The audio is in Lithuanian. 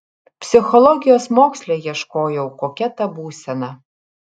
psichologijos moksle ieškojau kokia ta būsena